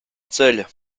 ceļa